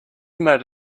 made